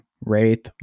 Wraith